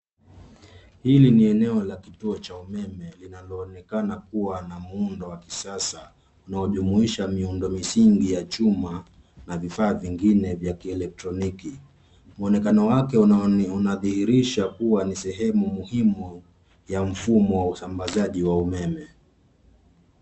Hili ni eneo la kituo cha umeme linaloonekana kuwa na muundo wa kisasa unaojumuisha miundo misingi ya chuma na vifaa vingine vya kielektroniki. Muonekano wake unadhihirisha kuwa ni sehemu muhimu ya mfumo wa usambazaji wa umeme.